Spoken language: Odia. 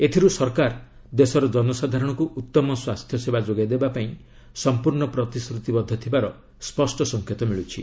ଏଥିରୁ ସରକାର ଦେଶର ଜନସାଧାରଣଙ୍କୁ ଉତ୍ତମ ସ୍ୱାସ୍ଥ୍ୟସେବା ଯୋଗାଇ ଦେବାପାଇଁ ପ୍ରତିଶ୍ରତିବଦ୍ଧ ଥିବାର ସ୍ୱଷ୍ଟ ସଂକେତ ମିଳୁଛି